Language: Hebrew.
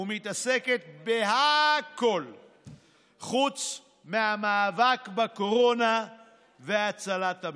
ומתעסקת בהכול חוץ מהמאבק בקורונה והצלת המשק.